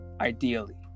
ideally